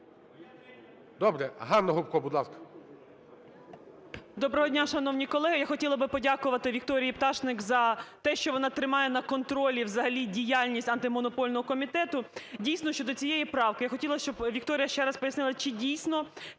Доброго дня, шановні колеги. Я хотіла би подякувати Вікторії Пташник за те, що вона тримає на контролі взагалі діяльність Антимонопольного комітету. Дійсно, щодо цієї правки я хотіла, щоб Вікторія ще раз пояснила, чи дійсно,